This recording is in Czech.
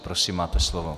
Prosím, máte slovo.